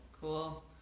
cool